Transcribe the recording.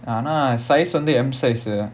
ஆனா:aanaa size only M size ah